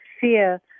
fear